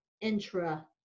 intra